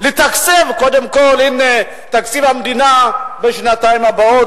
קודם כול לתקצב בתקציב המדינה לשנתיים הבאות.